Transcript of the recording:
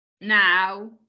now